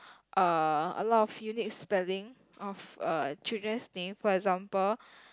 uh a lot of unique spelling of a children's name for example